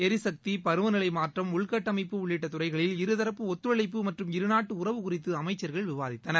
எரிசக்தி பருவநிலை மாற்றம் உள்கட்டமைப்பு உள்ளிட்ட துறைகளில் இருதரப்பு ஒத்துழைப்பு மற்றும் இருநாட்டு உறவு குறித்து அமைச்சர்கள் விவாதித்தனர்